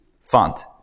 font